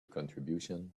contribution